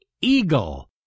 eagle